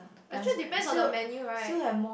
actually depends on the menu right